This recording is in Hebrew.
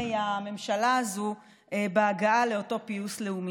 הממשלה הזו בהגעה לאותו פיוס לאומי.